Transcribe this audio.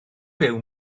byw